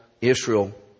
Israel